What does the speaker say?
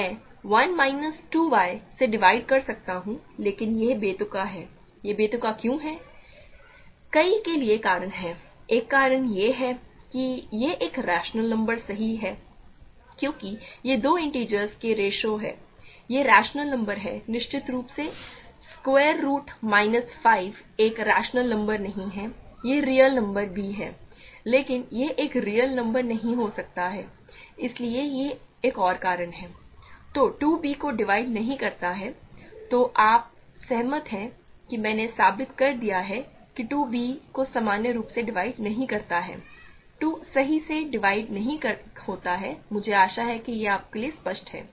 इसलिए मैं 1 minus 2 y से डिवाइड कर सकता हूं लेकिन यह बेतुका है यह बेतुका क्यों है कई के लिए कारण एक कारण यह है कि यह एक रैशनल नंबर सही है क्योंकि यह दो इन्टिजरस की रेश्यो है यह रैशनल नंबर है निश्चित रूप से स्क्वायर रुट माइनस 5 एक रैशनल नंबर नहीं है यह रियल नंबर भी है लेकिन यह एक रियल नंबर नहीं हो सकती है इसलिए यह एक और कारण है तो 2 b को डिवाइड नहीं करता है तो क्या आप सहमत हैं कि मैंने साबित कर दिया है कि 2 b को समान रूप से डिवाइड नहीं करता है 2 सही से डिवाइड नहीं होता है मुझे आशा है कि यह आपके लिए स्पष्ट है